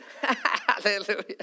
Hallelujah